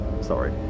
Sorry